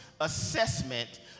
assessment